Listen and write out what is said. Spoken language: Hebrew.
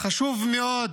חשוב מאוד